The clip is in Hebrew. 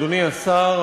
אדוני השר,